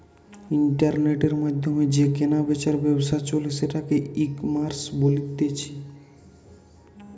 ইন্টারনেটের মাধ্যমে যে কেনা বেচার ব্যবসা চলে সেটাকে ইকমার্স বলতিছে